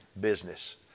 business